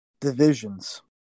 divisions